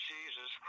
Jesus